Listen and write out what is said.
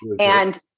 And-